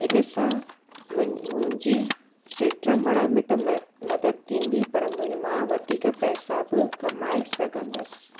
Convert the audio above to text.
इन सां मुं मुंहिंजी सेटर मणण में त म मदद थींदी पर मुंहिंजी माउ वधीक पैसा बि कमाए सघंदसि